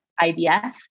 IVF